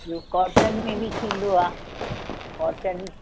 इहो कॉटन में बि थींदो आहे कॉटन